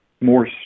more